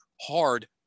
hard